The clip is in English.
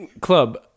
Club